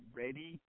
ready